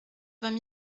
vingt